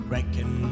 Reckon